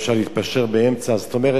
זאת אומרת, מי שהעסיק,